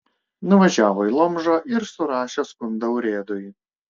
nuvažiavo į lomžą ir surašė skundą urėdui